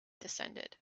descended